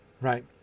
right